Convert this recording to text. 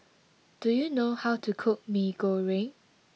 do you know how to cook Mee Goreng